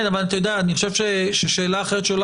אבל עולה שאלה אחרת.